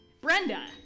Brenda